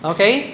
Okay